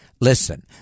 Listen